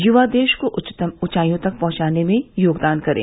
युवा देश को उच्चतम ऊचाँइयों तक पहुंचाने में योगदान करें